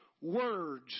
words